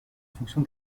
fonction